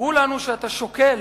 סיפרו לנו שאתה שוקל,